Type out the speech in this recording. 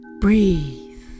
breathe